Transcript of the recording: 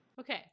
Okay